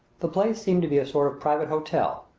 the place seemed to be a sort of private hotel,